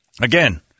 Again